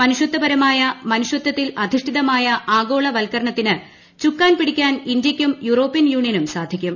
മനുഷ്യത്തപരമായ മനുഷ്യത്തിൽ അധിഷ്ഠി തമായ ആഗോളവത്ക്കരണത്തിന് ചുക്കാൻ പിടിക്കാൻ ഇന്ത്യക്കും യൂറോപ്യൻ യൂണിയനും സാധിക്കും